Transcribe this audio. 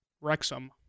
Wrexham